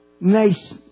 nice